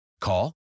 call